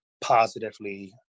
positively